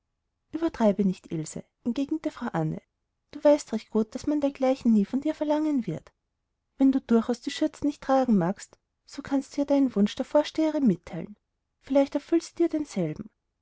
uebertreibe nicht ilse entgegnete frau anne du weißt recht gut daß man dergleichen nie von dir verlangen wird wenn du durchaus die schürzen nicht tragen magst so kannst du ja deinen wunsch der vorsteherin mitteilen vielleicht erfüllt sie dir denselben